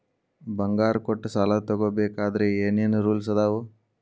ಬಂಗಾರ ಕೊಟ್ಟ ಸಾಲ ತಗೋಬೇಕಾದ್ರೆ ಏನ್ ಏನ್ ರೂಲ್ಸ್ ಅದಾವು?